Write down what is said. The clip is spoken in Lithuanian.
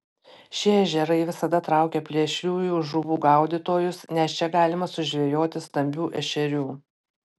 šie ežerai visada traukia plėšriųjų žuvų gaudytojus nes čia galima sužvejoti stambių ešerių